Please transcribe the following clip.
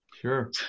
Sure